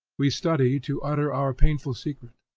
we study to utter our painful secret.